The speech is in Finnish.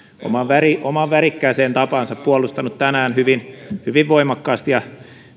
omaan värikkääseen tapaansa puolustanut tänään hyvin hyvin voimakkaasti ja